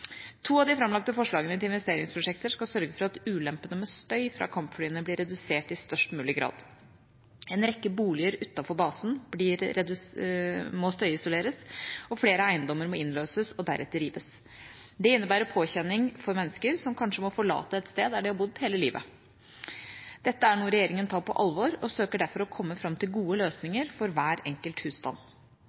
To av de framlagte forslagene til investeringsprosjekter skal sørge for at ulempene med støy fra kampflyene blir redusert i størst mulig grad. En rekke boliger utenfor basen må støyisoleres, og flere eiendommer må innløses og deretter rives. Det innebærer påkjenninger for mennesker som kanskje må forlate et sted de har bodd hele livet. Dette er noe regjeringa tar på alvor, og vi søker derfor å komme fram til gode løsninger for hver enkelt husstand.